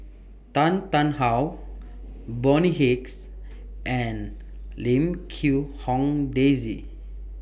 Tan Tarn How Bonny Hicks and Lim Quee Hong Daisy